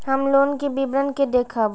हम लोन के विवरण के देखब?